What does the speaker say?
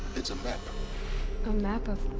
it's a map a map of.